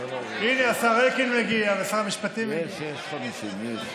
הינה, השר אלקין מגיע ושר המשפטים מגיע.